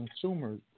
consumers